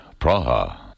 Praha